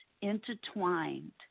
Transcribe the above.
intertwined